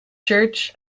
church